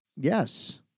Yes